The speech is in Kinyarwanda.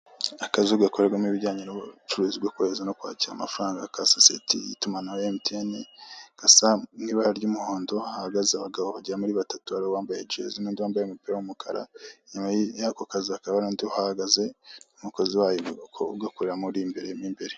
Akazu gakorerwamo'ibijyanye n'ubucuruzi bwo kohereza no kwakira amafaranga ka sosiyeti y'itumanaho MTN, gasa mu ibara ry'umuhondo, hahagaze abagabo bagera muri batatu, hariho uwambaye ijezi n'undi wambaye umupira w'umukara, inyuma y'ako kazu hakaba hari undi uhahagaze n'umukozi wayo ugakoreramo urimo imbere.